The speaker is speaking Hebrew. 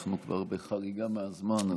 אנחנו כבר בחריגה מהזמן.